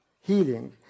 healing